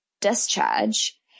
discharge